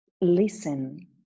Listen